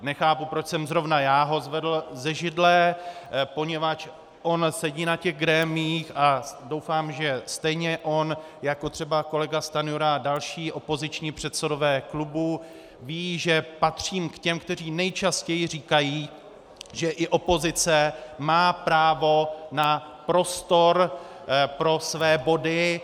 Nechápu, proč jsem zrovna já ho zvedl ze židle, poněvadž on sedí na grémiích a doufám, že stejně on jako třeba kolega Stanjura a další opoziční předsedové klubů vědí, že patřím k těm, kteří nejčastěji říkají, že i opozice má právo na prostor pro své body.